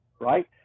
right